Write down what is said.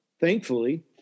thankfully